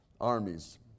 armies